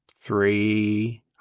three